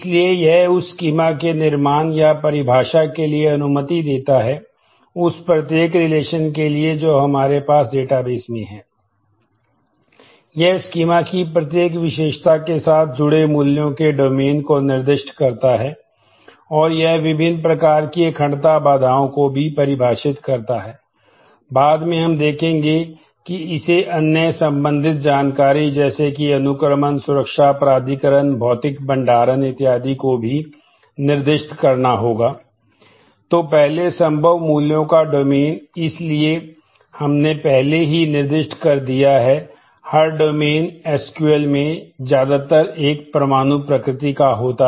इसलिए यह उस स्कीमा को निर्दिष्ट करता है और यह विभिन्न प्रकार की अखंडता बाधाओं को भी परिभाषित करता है बाद में हम देखेंगे कि इसे अन्य संबंधित जानकारी जैसे कि अनुक्रमण सुरक्षा प्राधिकरण भौतिक भंडारण इत्यादि को भी निर्दिष्ट करना होगा